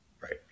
Right